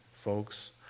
Folks